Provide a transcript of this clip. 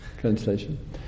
translation